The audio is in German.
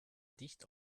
dicht